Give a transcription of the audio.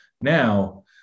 Now